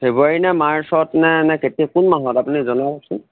ফেব্ৰুৱাৰী নে মাৰ্চত নে নে কেতিয়া কোন মাহত আপুনি জনাবচোন